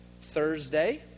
Thursday